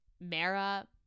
mara